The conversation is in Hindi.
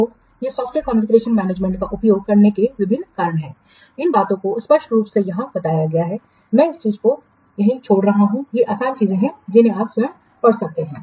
तो ये सॉफ्टवेयर कॉन्फ़िगरेशनमैनेजमेंट का उपयोग करने के विभिन्न कारण हैं इन बातों को स्पष्ट रूप से यहाँ बताया गया है मैं इस चीज़ को छोड़ रहा हूँ ये आसान चीजें हैं जिन्हें आप स्वयं पढ़ सकते हैं